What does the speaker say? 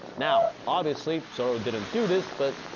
now obviously zoro didn't do this. but